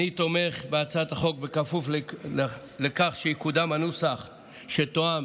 אני תומך בהצעת החוק בכפוף לכך שיקודם הנוסח שתואם